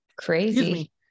Crazy